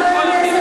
חברי חברי הכנסת.